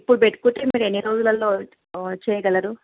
ఇప్పుడు పెట్టుకుంటే మీరు ఎన్ని రోజులలో చేయగలరు